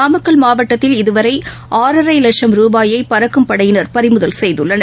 நாமக்கல் மாவட்டத்தில் இதுவரைஆறரைலட்சம் ரூபாயைபறக்கும் படையினர் பறிமுதல் செய்துள்ளனர்